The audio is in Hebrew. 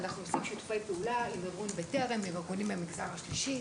אנחנו עושים גם שיתופי פעולה עם ארגון בטרם ועם ארגונים מהמגזר השלישי.